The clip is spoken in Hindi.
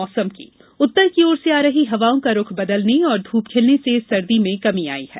मौसम उत्तर की ओर से आ रही हवाओं का रूख बदलने और धूप खिलने से सर्दी में कमी आई है